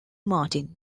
martin